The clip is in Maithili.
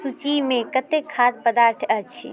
सूचीमे कतेक खाद्य पदार्थ अछि